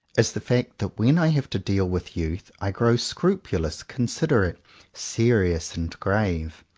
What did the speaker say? is the fact that when i have to deal with youth i grow scrupulous, considerate, serious, and grave.